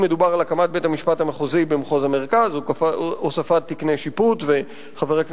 אם הקמת בית-המשפט המחוזי במחוז המרכז ואם הוספת תקני שיפוט.